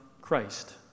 Christ